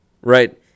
right